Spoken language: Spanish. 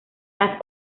las